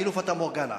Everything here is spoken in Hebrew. כאילו פטה-מורגנה.